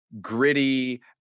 gritty